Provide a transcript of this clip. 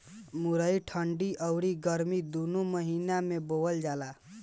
मुरई ठंडी अउरी गरमी दूनो महिना में बोअल जाला